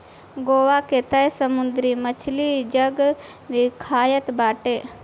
गोवा के तअ समुंदरी मछली जग विख्यात बाटे